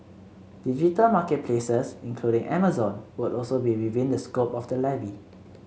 digital market places including Amazon would also be within the scope of the levy